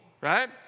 right